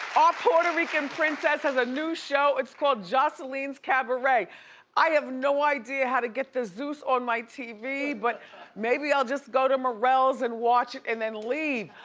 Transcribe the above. our puerto rican princess has a new show. it's called joseline's caberet. i i have no idea how to get the zeus on my t v. but maybe i'll just go to marelle's and watch and then leave.